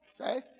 okay